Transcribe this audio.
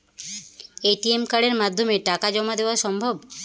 ATM কার্ডের মাধ্যমে টাকা জমা দেওয়া সম্ভব?